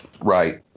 Right